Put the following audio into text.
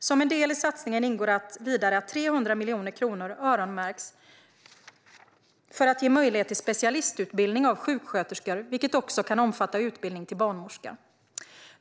Som en del i satsningen ingår vidare att 300 miljoner kronor öronmärks för att ge möjlighet till specialistutbildning av sjuksköterskor, vilket också kan omfatta utbildning till barnmorska.